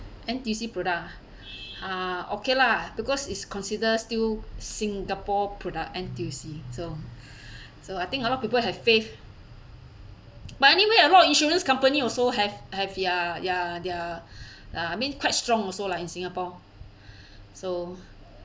N_T_U_C product ah ha okay lah because it's consider still singapore product N_T_U_C so so I think a lot people have faith but anyway a lot of insurance company also have have ya ya their uh I mean quite strong also lah in singapore so